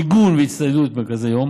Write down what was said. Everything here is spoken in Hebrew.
מיגון והצטיידות מרכזי יום,